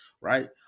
right